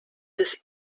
des